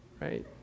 Right